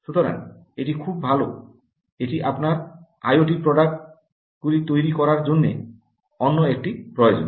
সুতরাং এটি খুব ভালো এটি আপনার আইওটি প্রডাক্ট গুলি তৈরি করার জন্য অন্য একটি প্রয়োজন